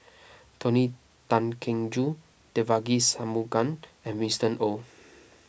Tony Tan Keng Joo Devagi Sanmugam and Winston Oh